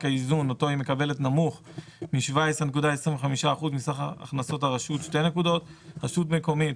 האיזון אותו היא מקבלת נמוך מ-17.25% מסה"כ הכנסות הרשות 2 רשות מקומית